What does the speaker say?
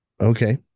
okay